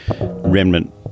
remnant